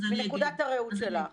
לשמור על פעילות חברי הכנסת,